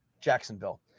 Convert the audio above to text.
Jacksonville